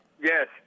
Yes